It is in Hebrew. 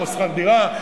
כמו שכר-דירה,